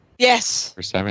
Yes